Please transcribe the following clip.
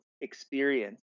experience